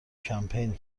کمپین